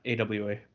awa